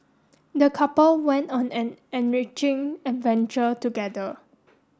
the couple went on an enriching adventure together